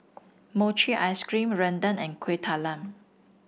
Mochi Ice Cream rendang and Kueh Talam